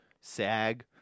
SAG